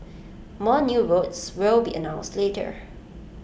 more new routes will be announced later